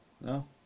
No